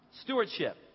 stewardship